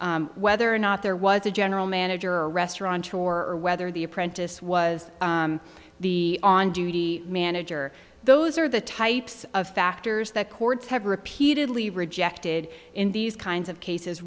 whether or not there was a general manager or restaurant or whether the apprentice was the on duty manager those are the types of factors that courts have repeatedly rejected in these kinds of cases